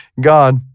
God